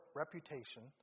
reputation